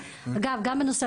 אגב גם בנושא,